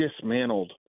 dismantled